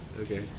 Okay